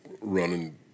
running